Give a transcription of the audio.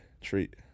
treat